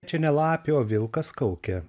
čia ne lapė o vilkas kaukia